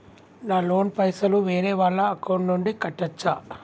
నా లోన్ పైసలు వేరే వాళ్ల అకౌంట్ నుండి కట్టచ్చా?